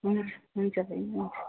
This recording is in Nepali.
हुन्छ हुन्छ बैनी हुन्छ